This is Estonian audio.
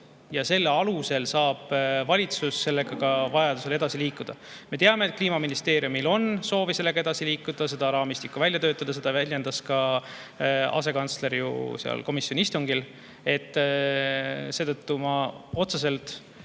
ja selle alusel saab valitsus sellega vajaduse korral edasi liikuda. Me teame, et Kliimaministeeriumil on soovi sellega edasi liikuda, seda raamistikku välja töötada, seda väljendas ju ka asekantsler komisjoni istungil. Seetõttu ma otseselt